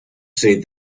say